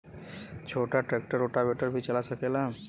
छोटा tractor rotavator भी चला सकेला?